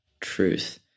truth